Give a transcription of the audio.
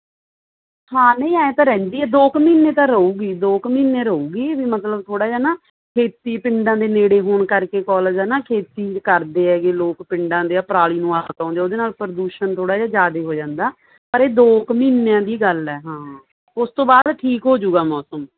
ਹਾਂ ਨਹੀਂ ਐਂ ਤਾਂ ਰਹਿੰਦੀ ਹੈ ਦੋ ਕੁ ਮਹੀਨੇ ਤਾਂ ਰਹੇਗੀ ਦੋ ਕੁ ਮਹੀਨੇ ਰਹੇਗੀ ਵੀ ਮਤਲਬ ਥੋੜ੍ਹਾ ਜਿਹਾ ਨਾ ਖੇਤੀ ਪਿੰਡਾਂ ਦੇ ਨੇੜੇ ਹੋਣ ਕਰਕੇ ਕੋਲਜ ਹੈ ਨਾ ਖੇਤੀ ਕਰਦੇ ਹੈਗੇ ਲੋਕ ਪਿੰਡਾਂ ਦੇ ਆ ਪਰਾਲੀ ਨੂੰ ਅੱਗ ਲਾਉਂਦੇ ਉਹਦੇ ਨਾਲ ਪ੍ਰਦੂਸ਼ਣ ਥੋੜ੍ਹਾ ਜਿਹਾ ਜ਼ਿਆਦਾ ਹੋ ਜਾਂਦਾ ਪਰ ਇਹ ਦੋ ਕੁ ਮਹੀਨਿਆਂ ਦੀ ਗੱਲ ਹੈ ਹਾਂ ਉਸ ਤੋਂ ਬਾਅਦ ਠੀਕ ਹੋ ਜੂਗਾ ਮੌਸਮ